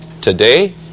today